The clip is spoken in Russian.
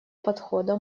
подхода